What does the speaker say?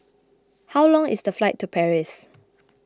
how long is the flight to Paris